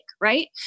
right